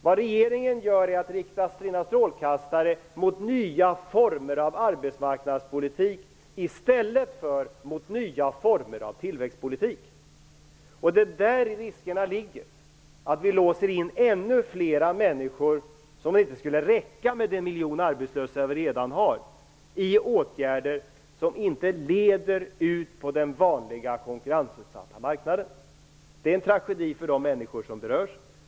Vad regeringen gör är att man riktar sina strålkastare mot nya former av arbetsmarknadspolitik i stället för mot nya former av tillväxtpolitik. Det är där som riskerna ligger, dvs. att vi låser in ännu flera människor - som om det inte skulle räcka med den miljon arbetslösa som vi redan har - i åtgärder som inte leder ut på den vanliga konkurrensutsatta marknaden. Det är en tragedi för de människor som berörs.